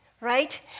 right